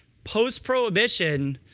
post prohibition,